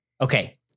okay